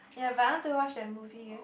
ya but I want to watch that movie eh